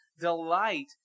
delight